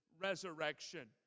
resurrection